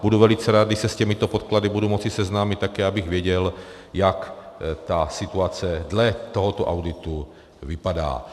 Budu velice rád, když se s těmito podklady budu moci seznámit také, abych věděl, jak situace dle tohoto auditu vypadá.